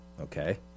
okay